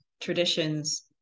traditions